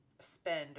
spend